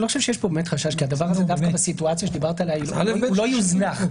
אין פה ממש חשש כי דווקא בסיטואציה שדיברת עליה הוא לא יזנח.